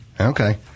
Okay